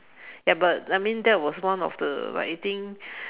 ya but I mean that was one of the I think